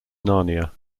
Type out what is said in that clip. narnia